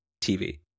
TV